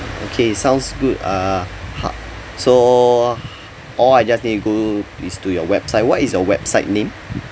okay sounds good uh ha~ so all I just need is to go is to your website what is your website name